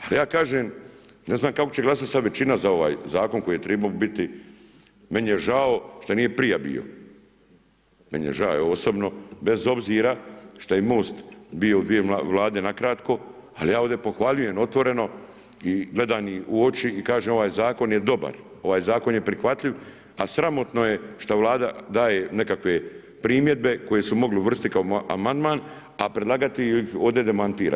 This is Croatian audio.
Ali ja kažem ne znam kako će glasati većina za ovaj zakon koji je trebao biti, meni je žao šta nije prije bio, meni je žao, evo osobno, bez obzira šta je MOST bio u dvije Vlade nakratko ali ja ovdje pohvaljujem otvoreno i gledam ih u oči i kažem ovaj zakon je dobar, ovaj zakon je prihvatljiv a sramotno je šta Vlada daje nekakve primjedbe koje su mogli uvrstiti kao amandman a predlagati ih ovdje, demantira.